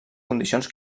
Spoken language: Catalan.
condicions